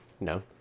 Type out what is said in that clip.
No